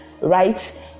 Right